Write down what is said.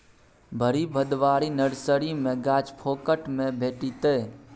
भरि भदवारी नर्सरी मे गाछ फोकट मे भेटितै